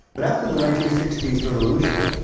but after the nineteen sixty s revolution,